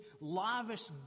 lavish